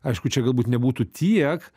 aišku čia gal būt nebūtų tiek